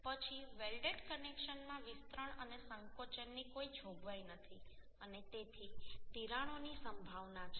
પછી વેલ્ડેડ કનેક્શનમાં વિસ્તરણ અને સંકોચનની કોઈ જોગવાઈ નથી અને તેથી તિરાડોની સંભાવના છે